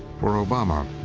for obama,